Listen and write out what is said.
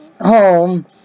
home